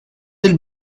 del